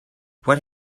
what